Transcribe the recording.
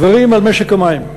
דברים על משק המים.